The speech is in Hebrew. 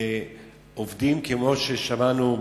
ועובדים כמו ששמענו,